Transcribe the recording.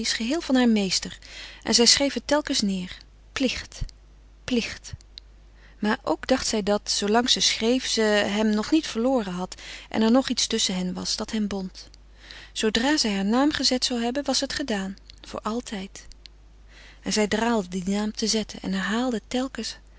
geheel van haar meester en zij schreef het telkens neêr plicht plicht maar ook dacht zij dat zoolang ze schreef ze hem nog niet verloren had en er nog iets tusschen hen was dat hen bond zoodra zij haar naam gezet zou hebben was het gedaan voor altijd en zij draalde dien naam te zetten en herhaalde telkens